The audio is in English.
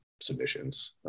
submissions